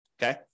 Okay